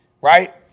Right